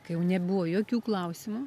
kai jau nebuvo jokių klausimų